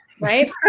right